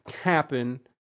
happen